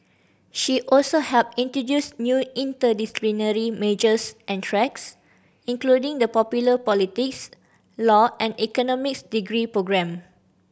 she also helped introduce new interdisciplinary majors and tracks including the popular politics law and economics degree programme